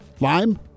Lime